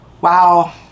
Wow